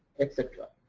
etcetera.